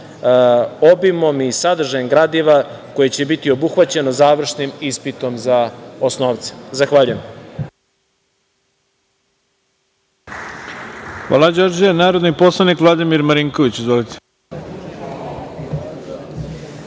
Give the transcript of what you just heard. obimom i sadržajem gradiva koji će biti obuhvaćeno završnim ispitom za osnovce? Zahvaljujem.